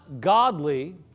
godly